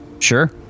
Sure